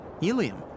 helium